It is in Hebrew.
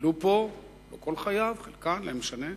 גדלו פה, לא כל חייו, לא משנה,